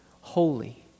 holy